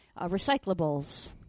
recyclables